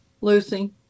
Lucy